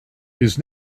his